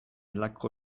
halako